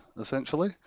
essentially